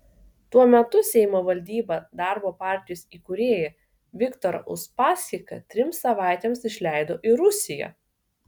tuo metu seimo valdyba darbo partijos įkūrėją viktorą uspaskichą trims savaitėms išleido į rusiją